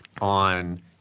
on –